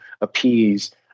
appease